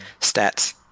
stats